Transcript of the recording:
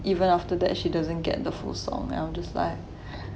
even after that she doesn't get the full song and I'm just like